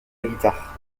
guitare